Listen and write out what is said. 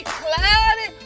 cloudy